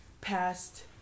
past